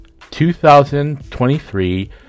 2023